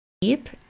Deep